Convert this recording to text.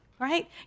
right